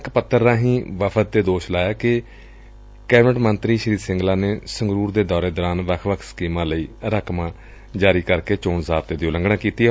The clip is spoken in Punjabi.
ਇਕ ਚਿੱਠੀ ਰਾਹੀਂ ਵਫ਼ਦ ਨੇ ਦੋਸ਼ ਲਾਇਆ ਕਿ ਕੈਬਨਿਟ ਮੰਤਰੀ ਨੇ ਸੰਗਰੂਰ ਦੌਰੇ ਦੌਰਾਨ ਵੱਖ ਵੱਖ ਸਕੀਮਾਂ ਲਈ ਰਕਮਾਂ ਜਾਰੀ ਕਰਕੇ ਚੋਣ ਜ਼ਾਬਤੇ ਦੀ ਉਲੰਘਣਾ ਕੀਤੀ ਏ